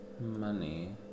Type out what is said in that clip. money